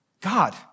God